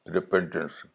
Repentance